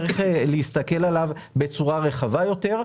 צריך להסתכל עליו בצורה רחבה יותר.